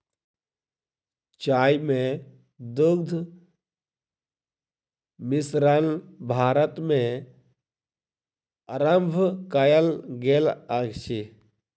चाय मे दुग्ध मिश्रण भारत मे आरम्भ कयल गेल अछि